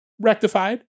rectified